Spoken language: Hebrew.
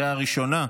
לקריאה הראשונה.